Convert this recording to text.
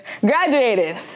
graduated